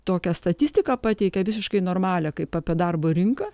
tokią statistiką pateikė visiškai normalią kaip apie darbo rinką